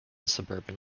suburban